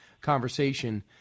conversation